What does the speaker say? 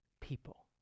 people